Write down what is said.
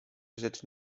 rzeczy